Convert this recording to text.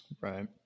right